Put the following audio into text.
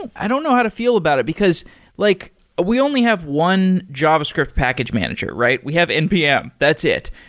i don't know how to feel about it, because like we only have one javascript package manager, right? we have npm, that's it.